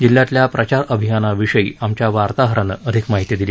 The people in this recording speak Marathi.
जिल्ह्यातल्या प्रचार अभियानाविषयी आमच्या वार्ताहरानं अधिक माहिती दिली